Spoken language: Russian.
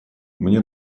мне